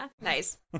Nice